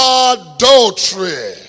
adultery